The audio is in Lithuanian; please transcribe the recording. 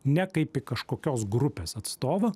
ne kaip į kažkokios grupės atstovą